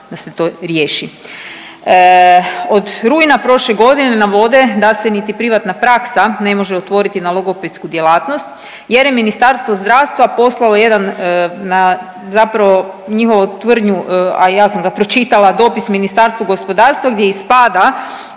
da se to riješi. Od rujna prošle godine navode da se niti privatna praksa ne može otvoriti na logopedsku djelatnost jer je Ministarstvo zdravstva poslalo jedan zapravo njihovu tvrdnju, a ja sam ga pročitala dopis Ministarstvu gospodarstva gdje ispada